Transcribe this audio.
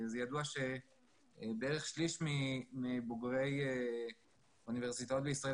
ידוע שבערך שליש מבוגרי האוניברסיטאות בישראל